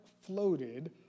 floated